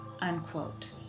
unquote